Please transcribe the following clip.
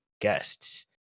guests